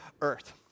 earth